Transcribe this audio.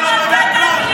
אתה עם מלכת אנגליה.